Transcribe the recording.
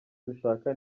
dushaka